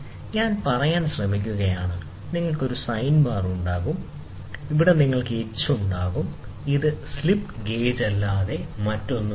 നമ്മൾ പറയാൻ ശ്രമിക്കുകയാണ് നിങ്ങൾക്ക് ഒരു സൈൻ ബാർ ഉണ്ടാകും ഇവിടെ നിങ്ങൾക്ക് h ഉണ്ടാകും ഇവ സ്ലിപ്പ് ഗേജുകളല്ലാതെ മറ്റൊന്നുമല്ല